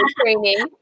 training